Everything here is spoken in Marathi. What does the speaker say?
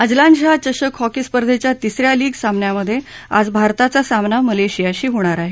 अजलन शाह चषक हॉकी स्पर्धेच्या तिसऱ्या लीग सामन्यांमधे आज भारताचा सामना मलेशियाशी होणार आहे